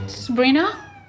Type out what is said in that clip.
Sabrina